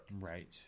right